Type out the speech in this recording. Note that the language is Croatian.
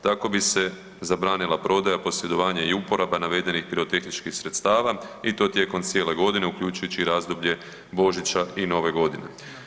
Tako bi se zabranila prodaja, posjedovanje i uporaba navedenih pirotehničkih sredstava i to tijekom cijele godine uključujući i razdoblje Božića i Nove Godine.